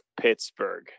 Pittsburgh